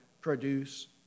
produce